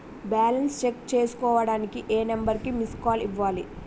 Balance check చేసుకోవటానికి ఏ number కి మిస్డ్ కాల్ ఇవ్వాలి?